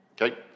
Okay